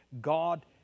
God